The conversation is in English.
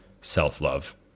self-love